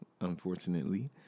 unfortunately